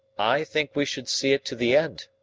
i think we should see it to the end.